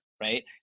right